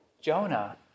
Jonah